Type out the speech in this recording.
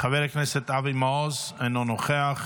חבר הכנסת אבי מעוז, אינו נוכח,